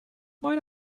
mein